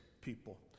people